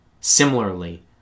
Similarly